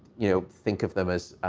you know, think of them as,